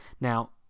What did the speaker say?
Now